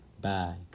Bye